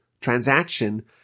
transaction